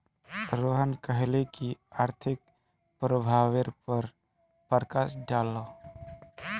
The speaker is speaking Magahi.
रोहन कहले की आर्थिक प्रभावेर पर प्रकाश डाल